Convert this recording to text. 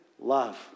love